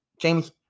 James